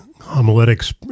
homiletics